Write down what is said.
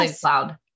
cloud